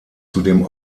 zudem